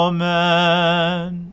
Amen